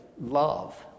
love